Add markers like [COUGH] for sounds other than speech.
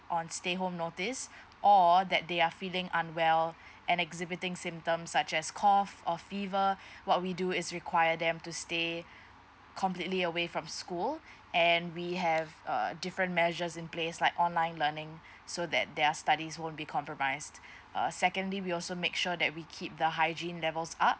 on stay home notice [BREATH] or that they are feeling unwell and exhibiting symptom such as cough or fever [BREATH] what we do is require them to stay completely away from school and we have a different measures in place like online learning [BREATH] so that their studies won't be compromised [BREATH] uh secondly we also make sure that we keep the hygiene levels up